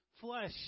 flesh